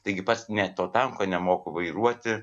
taigi pats nė to tanko nemoku vairuoti